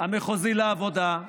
המחוזי לעבודה,